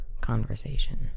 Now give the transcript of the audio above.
conversation